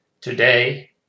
Today